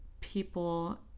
people